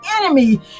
enemy